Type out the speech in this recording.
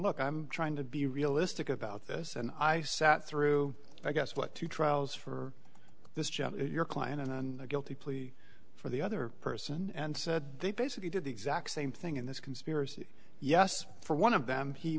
look i'm trying to be realistic about this and i sat through i guess what two trials for this judge your client and then a guilty plea for the other person and they basically did the exact same thing in this conspiracy yes for one of them he